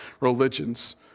religions